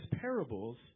parables